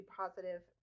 positive